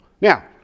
Now